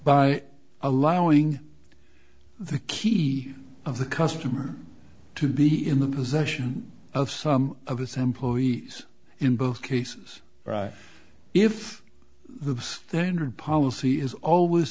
by allowing the key of the customer to be in the possession of some of its employees in both cases if the standard policy is always